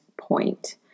point